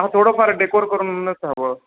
हा थोडंफार डेकोर करून असावं